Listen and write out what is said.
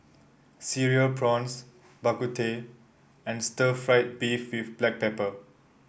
Cereal Prawns Bak Kut Teh and Stir Fried Beef with Black Pepper